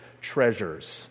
treasures